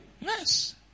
Yes